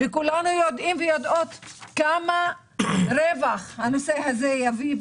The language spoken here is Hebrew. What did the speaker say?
כולנו יודעים ויודעות כמה רווח הנושא הזה יביא,